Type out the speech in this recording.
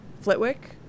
Flitwick